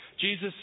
Jesus